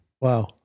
Wow